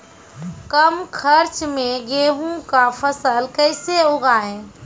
कम खर्च मे गेहूँ का फसल कैसे उगाएं?